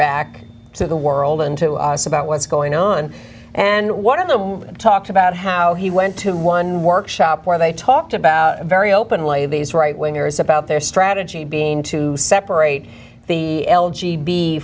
back to the world and to us about what's going on and one of them talked about how he went to one workshop where they talked about very openly these right wingers about their strategy being to separate the